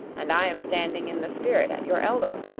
and i am standing in the spirit at your elbow.